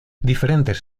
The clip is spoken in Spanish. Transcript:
diferentes